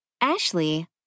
Ashley